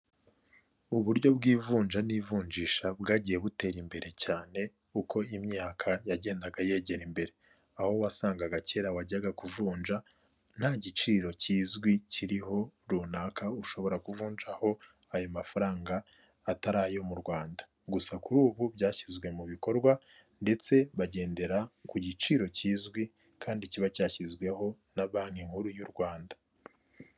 Uburyo bw'ivunja n'ivunjisha bwagiye butera imbere cyane, uko imyaka yagendaga yegera imbere, aho wasangaga kera wajyaga kuvunja, nta giciro kizwi kiriho runaka ushobora kuvunjaho ayo mafaranga, atari ayo mu Rwanda, gusa kuri ubu byashyizwe mu bikorwa ndetse bagendera ku giciro kizwi, kandi kiba cyashyizweho na Banki nkuru y'u Rwanda.